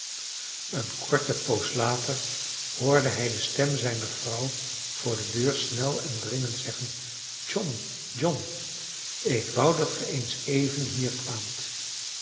eene korte poos later hoorde hij de stem zijner vrouw voor de deur snel en dringend zeggen john john ik wou dat ge eens even hier kwaamt